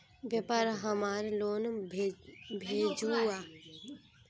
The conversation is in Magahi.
व्यापार हमार लोन भेजुआ?